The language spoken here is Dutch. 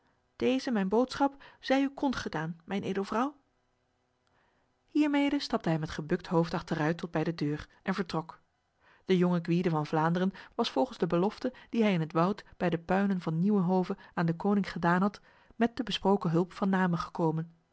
deze mijn boodschap zij u kond gedaan mijn edelvrouw hiermede stapte hij met gebukt hoofd achteruit tot bij de deur en vertrok de jonge gwyde van vlaanderen was volgens de belofte die hij in het woud bij de puinen van nieuwenhove aan deconinck gedaan had met de besproken hulp van namen gekomen